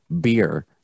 beer